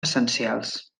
essencials